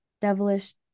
Devilish